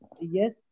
yes